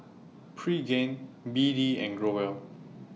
Pregain B D and Growell